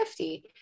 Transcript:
50